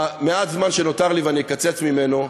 במעט הזמן שנותר לי, ואני אקצץ ממנו,